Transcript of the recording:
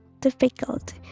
difficult